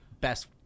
best